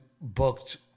booked